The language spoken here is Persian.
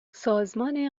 سازمان